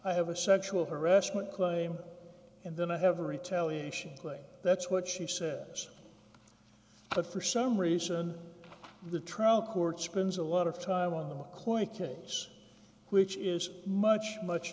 i have a sexual harassment claim and then i have a retaliation that's what she said but for some reason the trial court spends a lot of time on the clay case which is much much